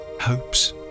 hopes